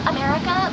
America